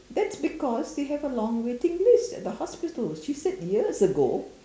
that's because they have a long waiting list at the hospital she said years ago